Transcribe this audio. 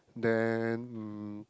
then mm